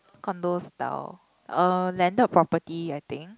condo style uh landed property I think